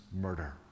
murder